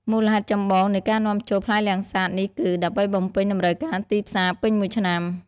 មូលហេតុចម្បងនៃការនាំចូលផ្លែលាំងសាតនេះគឺ ដើម្បីបំពេញតម្រូវការទីផ្សារពេញមួយឆ្នាំ។